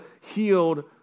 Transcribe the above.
healed